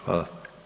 Hvala.